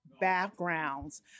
backgrounds